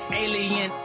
alien